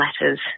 letters